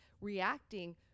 reacting